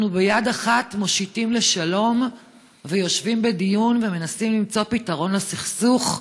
אנחנו יד אחת מושיטים לשלום ויושבים בדיון ומנסים למצוא פתרון לסכסוך,